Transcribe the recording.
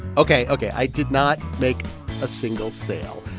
ok, ok i did not make a single sale.